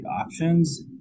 options